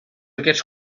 aquests